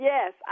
Yes